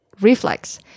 Reflex